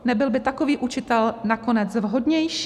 Nebyl by takový učitel nakonec vhodnější?